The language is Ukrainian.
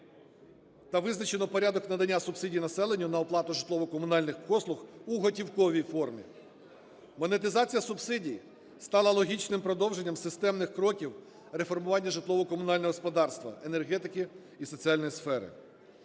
та визначено порядок надання субсидій населенню на оплату житлово-комунальних послуг у готівковій формі. Монетизація субсидій стала логічним продовженням системних кроків реформування житлово-комунального господарства, енергетики і соціальної сфери.